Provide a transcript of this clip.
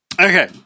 okay